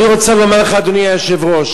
אני רוצה לומר לך, אדוני היושב-ראש,